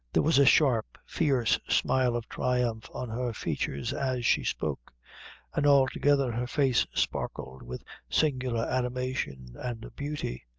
there was a sharp, fierce smile of triumph on her features as she spoke and altogether her face sparkled with singular animation and beauty.